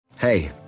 Hey